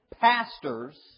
pastors